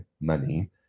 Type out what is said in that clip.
money